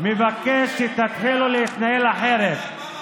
מבקש שתתחילו להתנהל אחרת.